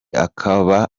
akaba